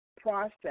process